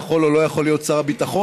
יכול או לא יכול להיות שר הביטחון,